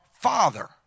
father